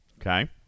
Okay